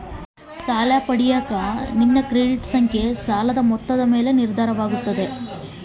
ನಾನು ಸಾಲ ಪಡಿಯಕ ನನ್ನ ಕ್ರೆಡಿಟ್ ಸಂಖ್ಯೆ ಎಷ್ಟಿರಬೇಕು?